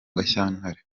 gashyantare